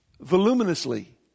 voluminously